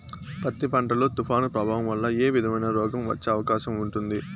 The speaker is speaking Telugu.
పత్తి పంట లో, తుఫాను ప్రభావం వల్ల ఏ విధమైన రోగం వచ్చే అవకాశం ఉంటుంది?